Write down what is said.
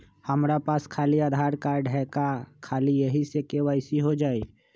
हमरा पास खाली आधार कार्ड है, का ख़ाली यही से के.वाई.सी हो जाइ?